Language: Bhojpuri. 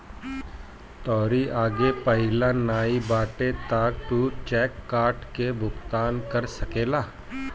तोहरी लगे पइया नाइ बाटे तअ तू चेक काट के भुगतान कर सकेला